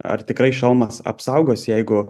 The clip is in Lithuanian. ar tikrai šalmas apsaugos jeigu